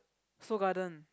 Seoul-Garden